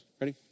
Ready